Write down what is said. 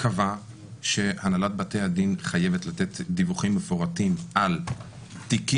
קבע שהנהלת בתי הדין חייבת לתת דיווחים מפורטים על תיקים